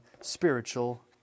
spiritual